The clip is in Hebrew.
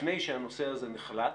לפני שהנושא הזה נחלט,